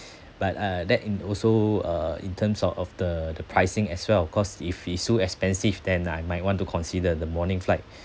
but uh that in also uh in terms of of the the pricing as well cause if it's so expensive then I might want to consider the morning flight